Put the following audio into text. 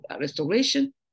restoration